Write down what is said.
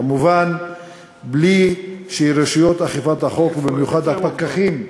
כמובן בלי שרשויות אכיפת החוק ובמיוחד הפקחים,